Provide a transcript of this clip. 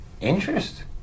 Interest